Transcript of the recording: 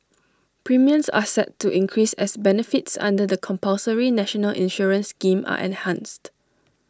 premiums are set to increase as benefits under the compulsory national insurance scheme are enhanced